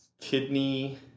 kidney